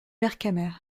vercamer